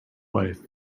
life